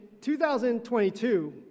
2022